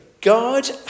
God